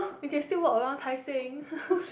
you can still walk around Tai Seng